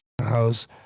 house